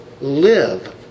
live